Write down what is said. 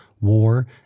war